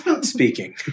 Speaking